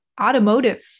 Automotive